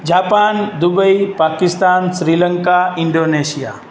Japan Dubai Pakistan Sri Lanka Indonesia